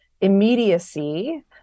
immediacy